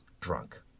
drunk